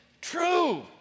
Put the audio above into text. true